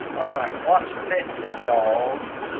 all right, watch this, y'alls.